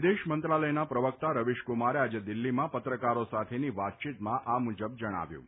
વિદેશમંત્રાલયના પ્રવક્તા રવિશકુમારે આજે દિલ્હીમાં પત્રકારો સાથેની વાતચીતમાં આ મુજબ જણાવ્યું હતું